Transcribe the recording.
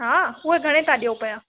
हा उहे घणे था ॾियो पया